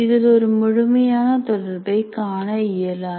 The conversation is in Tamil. இதில் ஒரு முழுமையான தொடர்பை காண இயலாது